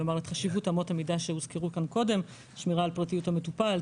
כלומר את חשיבות אמות המידה שהוזכרו כאן קודם שמירה על פרטיות המטופל,